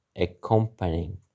accompanying